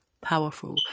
powerful